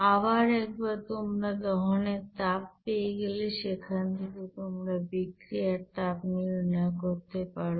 আবার একবার তোমরা দহনের তাপ পেয়ে গেলে সেখান থেকে তোমরা বিক্রিয়ার তাপ নির্ণয় করতে পারবে